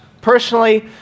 personally